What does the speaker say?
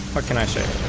but can i play